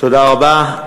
תודה רבה.